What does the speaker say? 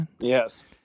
Yes